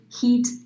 heat